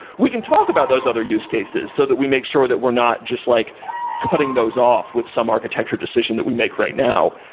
we can talk about those other use cases so that we make sure that we're not just like cutting those off with some architecture decision that we make right now.